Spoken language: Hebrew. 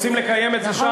רוצים לקיים את זה שם?